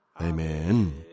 Amen